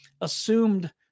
assumed